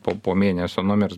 po po mėnesio numirs